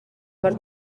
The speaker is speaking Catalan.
per